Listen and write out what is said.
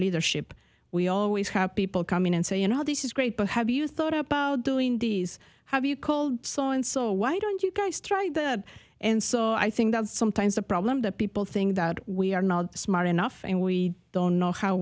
leadership we always have people come in and say you know this is great but have you thought about doing these have you cold saw and so why don't you guys try this and so i think that sometimes the problem that people think that we are not smart enough and we don't know how